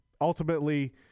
ultimately